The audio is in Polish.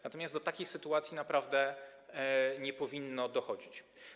Natomiast do takiej sytuacji naprawdę nie powinno dochodzić.